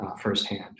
firsthand